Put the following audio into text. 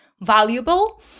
valuable